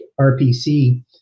RPC